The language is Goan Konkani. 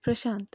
प्रशांत